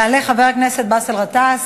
יעלה חבר הכנסת באסל גטאס.